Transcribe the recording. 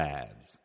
Labs